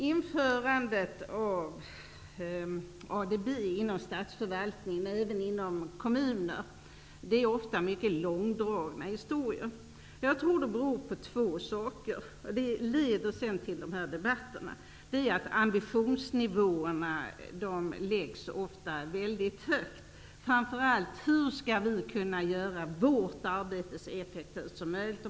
Införandet av ADB inom statsförvaltningen och även i kommuner är ofta mycket långdragna historier. Jag tror att det beror på två saker, och det leder sedan till de här debatterna. Ambitionsnivåerna läggs ofta väldigt högt, och vad det framför allt gäller är: Hur skall vi kunna göra vårt arbete så effektivt som möjligt?